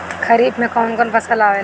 खरीफ में कौन कौन फसल आवेला?